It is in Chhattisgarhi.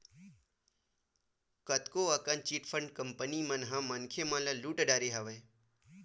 कतको अकन चिटफंड कंपनी मन ह मनखे मन ल लुट डरे हवय